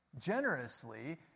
generously